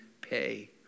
pay